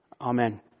Amen